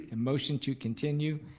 and motion to continue,